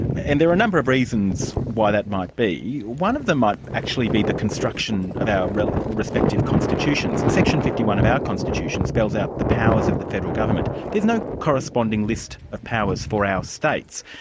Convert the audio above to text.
and there are a number of reasons why that might be. yeah one of them might actually be the construction of our respective constitutions. section fifty one of our constitution spells out the powers of the federal government. there's no corresponding list of powers for our states.